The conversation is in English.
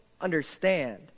understand